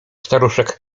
staruszek